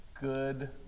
Good